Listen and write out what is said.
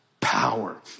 power